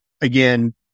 again